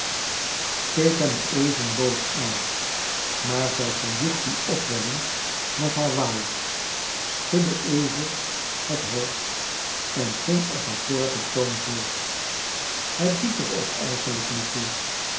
keek hem even boos aan maar zij verjoeg die opwelling met haar waaier schudde even het hoofd en ging op haar vorigen toon voort het doet er ook eigenlijk niet toe